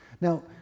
Now